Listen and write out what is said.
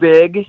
Big